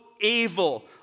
evil